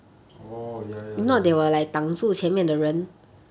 oh ya ya ya